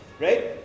right